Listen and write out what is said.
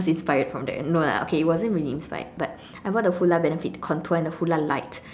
cause it's inspired from then no lah okay it wasn't really inspired but I bought the Hoola benefit contour and the Hoola light